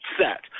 set